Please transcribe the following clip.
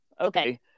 Okay